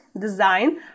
design